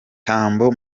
tambo